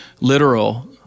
literal